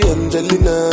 Angelina